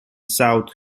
south